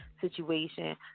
situation